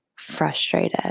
frustrated